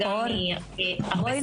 בואי